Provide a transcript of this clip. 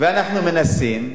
ואנחנו מנסים.